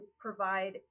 provide